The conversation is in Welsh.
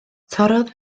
torrodd